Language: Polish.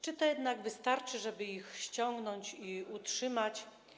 Czy to jednak wystarczy, żeby ich ściągnąć i utrzymać?